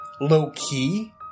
low-key